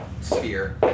sphere